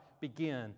begin